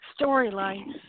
storyline